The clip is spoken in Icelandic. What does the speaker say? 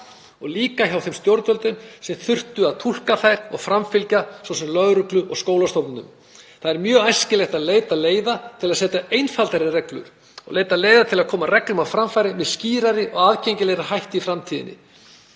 og líka hjá þeim stjórnvöldum sem þurftu að túlka þær og framfylgja, s.s. lögreglu og skólastofnunum. Það er mjög æskilegt að leita leiða til að setja einfaldari reglur og leita leiða til að koma reglum á framfæri með skýrari og aðgengilegri hætti í framtíðinni.